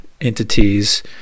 entities